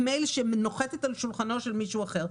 וזה נח על שולחנו שלושה-ארבעה חודשים.